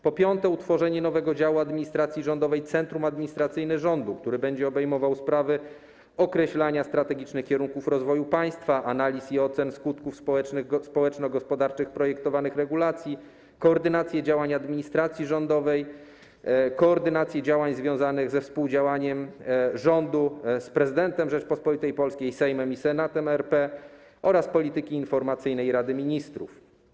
Po piąte, utworzenie nowego działu administracji rządowej: centrum administracyjne rządu, który będzie obejmował sprawy określania strategicznych kierunków rozwoju państwa, analiz i ocen skutków społeczno-gospodarczych projektowanych regulacji, koordynację działań administracji rządowej, koordynację działań związanych ze współdziałaniem rządu z prezydentem Rzeczypospolitej Polskiej, Sejmem i Senatem RP oraz polityki informacyjnej Rady Ministrów.